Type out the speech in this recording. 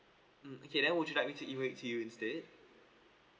mm okay then would you like me to email it to you instead